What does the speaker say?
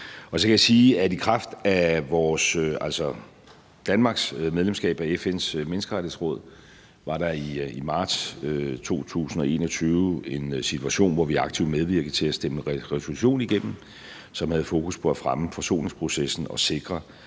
Så kan jeg sige, at i kraft af Danmarks medlemskab af FN's Menneskerettighedsråd var der i marts 2021 en situation, hvor vi aktivt medvirkede til at stemme en resolution igennem, som havde fokus på at fremme forsoningsprocessen og sikre,